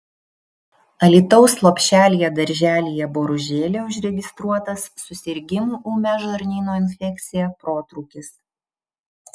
alytaus lopšelyje darželyje boružėlė užregistruotas susirgimų ūmia žarnyno infekcija protrūkis